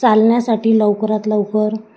चालण्यासाठी लवकरात लवकर